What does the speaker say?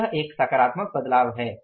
तो यह एक सकारात्मक बदलाव है